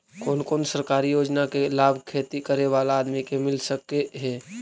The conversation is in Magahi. कोन कोन सरकारी योजना के लाभ खेती करे बाला आदमी के मिल सके हे?